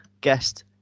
guest